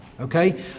okay